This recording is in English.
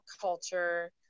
culture